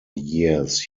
years